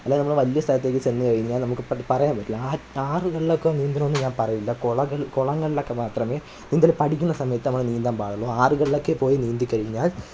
അല്ല നമ്മൾ വലിയ സ്ഥലത്തേക്ക് ചെന്ന് കഴിഞ്ഞാൽ നമുക്ക് പറയാൻ പറ്റില്ല ആ ആറുകളിലൊക്കെ നീന്തണം എന്ന് ഞാൻ പറയില്ല കുളങ്ങൾ കുളങ്ങളിലൊക്കെ മാത്രമേ നീന്തൽ പഠിക്കുന്ന സമയത്ത് നമ്മൾ നീന്താന് പാടുള്ളൂ ആറുകളിലൊക്കെ പോയി നീന്തിക്കഴിഞ്ഞാല്